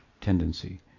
tendency